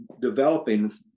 developing